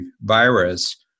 virus